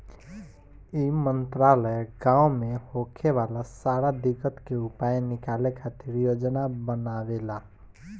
ई मंत्रालय गाँव मे होखे वाला सारा दिक्कत के उपाय निकाले खातिर योजना बनावेला